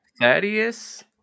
Thaddeus